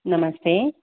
नमस्ते